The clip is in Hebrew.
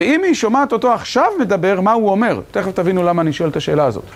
אם היא שומעת אותו עכשיו מדבר, מה הוא אומר? תכף תבינו למה אני שואל את השאלה הזאת.